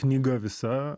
knyga visa